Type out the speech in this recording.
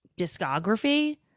discography